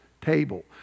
table